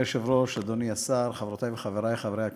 היושב-ראש, אדוני השר, חברותי וחברי חברי הכנסת,